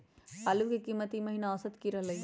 आलू के कीमत ई महिना औसत की रहलई ह?